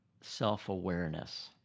self-awareness